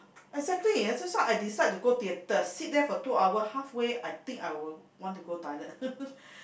exactly just now I dislike to go theater sit there for two hours halfway I think I will want to go toilet